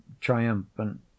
triumphant